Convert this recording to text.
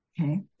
Okay